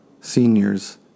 seniors